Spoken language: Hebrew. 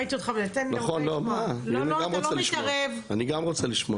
גם רוצה לשמוע.